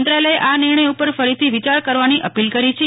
મંત્રાલયે આ નિર્ણય ઉપર ફરીતી વિચાર કરવાની અપીલ કરી છે